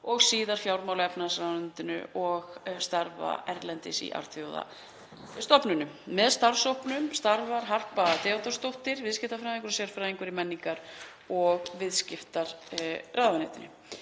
og síðar fjármála- og efnahagsráðuneytinu og störfum erlendis í alþjóðastofnunum. Með starfshópnum starfar Harpa Theódórsdóttir, viðskiptafræðingur og sérfræðingur í menningar- og viðskiptaráðuneytinu.